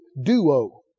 duo